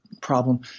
problem